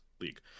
league